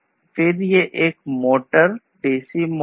फिर ये है एक मोटर एक डीसी मोटर